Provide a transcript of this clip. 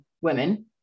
women